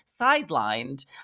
sidelined